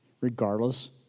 regardless